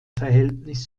verhältnis